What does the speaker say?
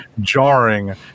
jarring